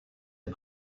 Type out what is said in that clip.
est